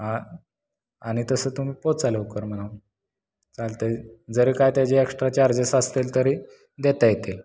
हा आणि तसं तुम्ही पोचा लवकर म्हणावं चालत आहे जरी काय त्याची एक्स्ट्रा चार्जेस असतील तरी देता येतील